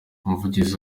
umuvugizi